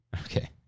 okay